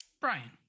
Brian